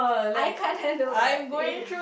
I can't handle that ya